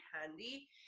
handy